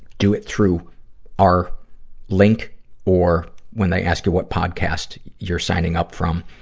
do it through our link or when they ask you what podcast you're signing up from,